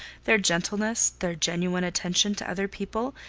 their gentleness, their genuine attention to other people,